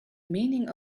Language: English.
meaning